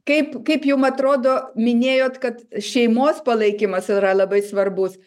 kaip kaip jum atrodo minėjot kad šeimos palaikymas yra labai svarbus